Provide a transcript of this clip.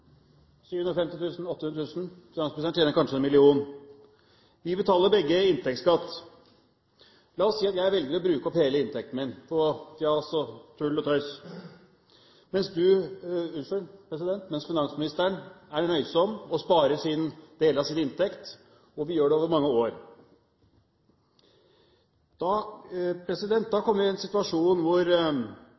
000 – finansministeren tjener kanskje en million. Vi betaler begge inntektsskatt. La oss si at jeg velger å bruke opp hele inntekten min på fjas og tull og tøys, mens finansministeren er nøysom og sparer deler av sin inntekt – og vi gjør det slik over mange år. Hvis formuen til finansministeren går over 750 000 kr, kommer vi i en situasjon